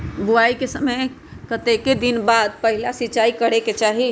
बोआई के कतेक दिन बाद पहिला सिंचाई करे के चाही?